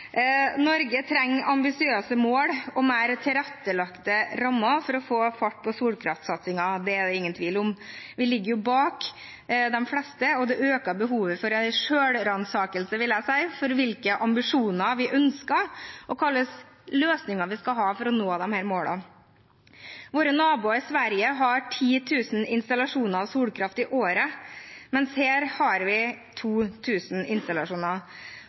Norge trenger ambisiøse mål og mer tilrettelagte rammer for å få fart på solkraftsatsingen, det er det ingen tvil om. Vi ligger bak de fleste, og det øker behovet for en selvransakelse, vil jeg si, for hvilke ambisjoner vi ønsker, og hva slags løsninger vi skal ha for å nå disse målene. Våre naboer i Sverige har 10 000 installasjoner av solkraft i året, mens her har vi 2 000 installasjoner.